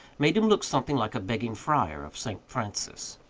made him look something like a begging friar of st. francis.